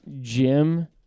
Jim